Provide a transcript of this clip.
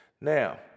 Now